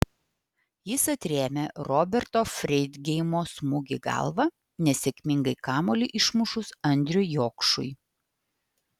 jis atrėmė roberto freidgeimo smūgį galva nesėkmingai kamuolį išmušus andriui jokšui